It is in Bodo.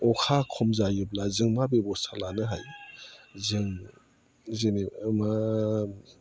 अखा खम जायोब्ला जों मा बेबस्था लानो हायो जों जेनेबा